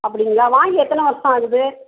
அப்படிங்களா வாங்கி எத்தனை வருஷம் ஆகுது